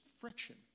friction